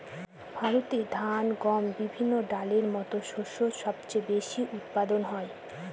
ভারতে ধান, গম, বিভিন্ন ডালের মত শস্য সবচেয়ে বেশি উৎপাদন হয়